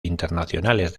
internacionales